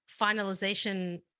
finalization